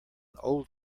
old